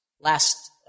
last